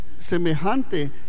semejante